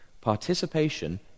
Participation